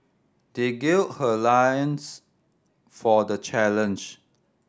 they gird her lions for the challenge